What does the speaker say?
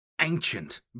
ancient